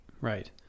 Right